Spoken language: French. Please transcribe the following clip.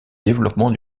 développement